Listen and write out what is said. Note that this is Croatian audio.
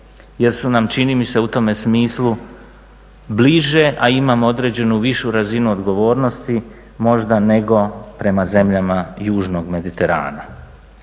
jer su nam čini mi se u tome smislu bliže, a imamo određenu višu razinu odgovornosti možda nego prema zemljama Južnog Mediterana,